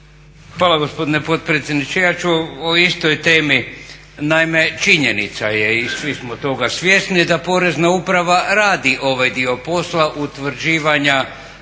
Hvala gospodine potpredsjedniče. Ja ću o istoj temi. Naime, činjenica je i svi smo toga svjesni da Porezna uprava radi ovaj dio posla utvrđivanja